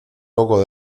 loco